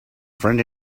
friend